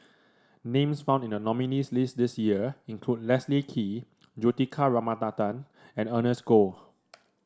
names found in the nominees' list this year include Leslie Kee Juthika Ramanathan and Ernest Goh